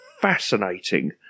fascinating